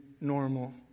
normal